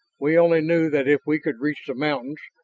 we only knew that if we could reach the mountains,